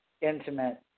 intimate